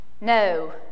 No